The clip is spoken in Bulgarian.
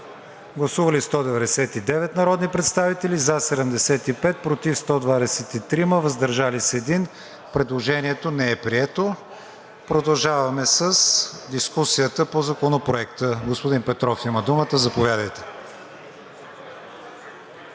Гласували 199 народни представители: за 75, против 123, въздържал се 1. Предложението не е прието. Продължаваме с дискусията по Законопроекта. Господин Петров има думата – заповядайте.